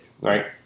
right